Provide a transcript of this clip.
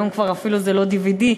היום כבר אפילו זה לא DVD,